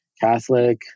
catholic